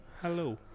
Hello